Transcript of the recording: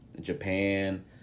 Japan